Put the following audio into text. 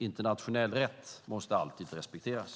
Internationell rätt måste alltid respekteras.